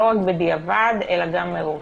לא בדיעבד אלא גם מראש,